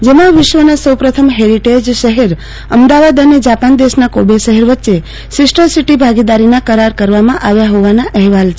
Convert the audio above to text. જેમાં વિશ્વમાં સૌ પ્રથમ હેરીટેઝ શહેર અમદાવાદ અને જાપાન દેશના કોબે શહેર વચ્ચે સીસ્ટર સીટી ભાગીદારી ના કરાર કરવામાં આવ્યા હોવાના અહેવાલ છે